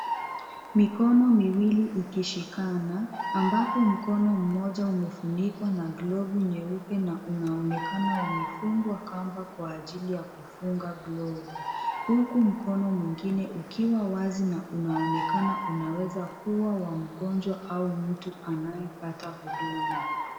Mikono miwili ikishikana ambapo mkono mmoja umefunikwa na glovu nyeupe na unaonekana umefungwa kamba kwa ajili ya kufunga glovu. Huku mkono mwingine ukiwa wazi na unaonekana unaweza kuwa wa mgonjwa au mtu anayepata huduma.